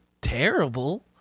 terrible